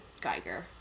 Geiger